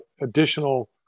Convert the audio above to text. additional